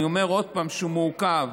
אני אומר עוד פעם: שמעוכב.